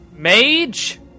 Mage